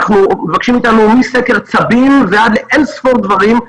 מבקשים מאיתנו מסקר צבים ועד אין ספור דברים.